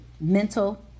mental